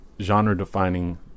genre-defining